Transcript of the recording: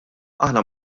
aħna